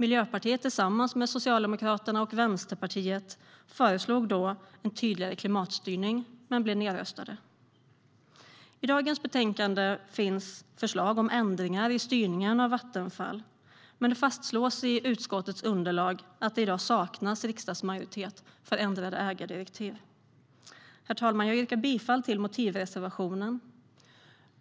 Miljöpartiet tillsammans med Socialdemokraterna och Vänsterpartiet föreslog då en tydligare klimatstyrning men blev nedröstade. I dagens betänkande finns förslag om ändringar i styrningen av Vattenfall, men det fastslås i utskottets underlag att det i dag saknas riksdagsmajoritet för ändrade ägardirektiv. Herr talman! Jag yrkar bifall till motivreservationen.